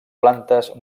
plantes